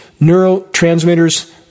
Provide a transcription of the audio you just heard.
neurotransmitters